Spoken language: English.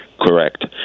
Correct